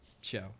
show